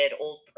Old